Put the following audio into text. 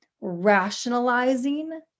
rationalizing